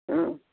ம்